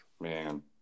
Man